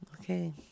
Okay